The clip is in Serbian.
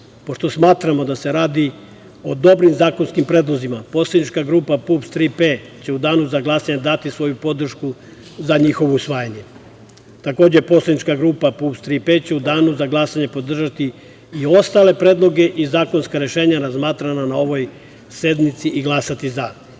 pošto smatramo da se radi o dobrim zakonskim predlozima, poslanička grupa PUPS "Tri P" će u danu za glasanje dati svoju podršku za njihovo usvajanje. Takođe, poslanička grupa PUPS "Tri P" će u danu za glasanje podržati i ostale predloge i zakonska rešenja razmatrana na ovoj sednici i glasati